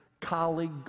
colleague